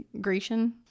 Grecian